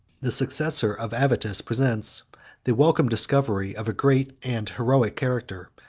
the successor of avitus presents the welcome discovery of a great and heroic character,